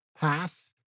path